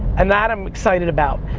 and that i'm excited about,